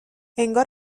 انگار